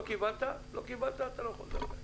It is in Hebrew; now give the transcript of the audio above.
לא קיבלת, אתה לא יכול לדבר.